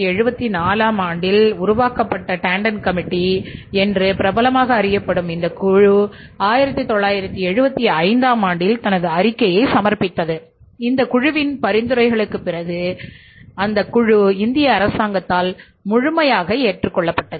1974 ஆம் ஆண்டில் உருவாக்கப்பட்ட டாண்டன் கமிட்டி என்று பிரபலமாக அறியப்படும் இந்த குழு 1975 ஆகஸ்டில் தனது அறிக்கையை சமர்ப்பித்தது அந்தக் குழுவின் பரிந்துரைகளுக்குப் பிறகு அந்தக் குழு இந்திய அரசாங்கத்தால் முழுமையாக ஏற்றுக்கொள்ளப்பட்டது